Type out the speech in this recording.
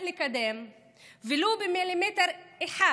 לקדם, ולו במילימטר אחד,